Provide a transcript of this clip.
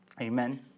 Amen